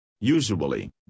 Usually